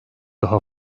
daha